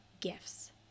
gifts